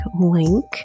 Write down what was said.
link